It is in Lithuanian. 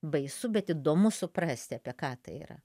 baisu bet įdomu suprasti apie ką tai yra